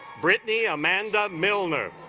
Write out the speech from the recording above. brittany amanda milner